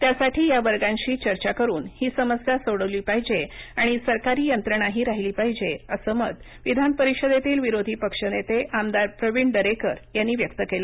त्यासाठी या वर्गाशी चर्चा करुन ही समस्या सोडविली पाहिजे आणि सरकारी यंत्रणाही राहिली पाहिजे असं मत विधानपरिषदेतील विरोधी पक्षनेते आमदार प्रविण दरेकर यांनी व्यक्त केलं